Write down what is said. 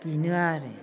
बेनो आरो